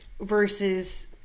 versus